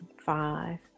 five